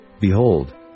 Behold